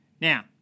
Now